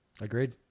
Agreed